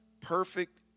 perfect